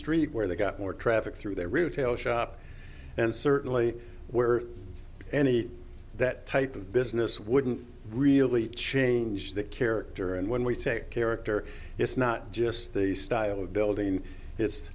street where they got more traffic through their route tale shop and certainly where any that type of business wouldn't really change that character and when we say character it's not just the style of building it's